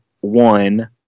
one